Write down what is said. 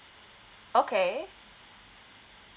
okay